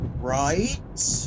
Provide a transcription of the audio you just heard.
Right